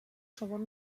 segon